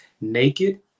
naked